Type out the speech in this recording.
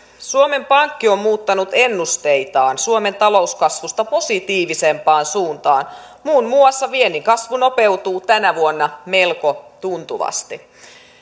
suomen pankki on muuttanut ennusteitaan suomen talouskasvusta positiivisempaan suuntaan muun muassa viennin kasvu nopeutuu tänä vuonna melko tuntuvasti